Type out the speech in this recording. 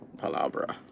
Palabra